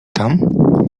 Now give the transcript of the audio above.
tam